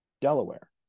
Delaware